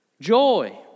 joy